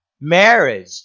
marriage